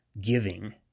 giving